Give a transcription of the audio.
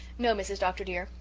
no, mrs. dr. dear,